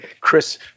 Chris